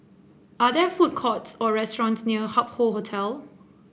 are there food courts or restaurants near Hup Hoe Hotel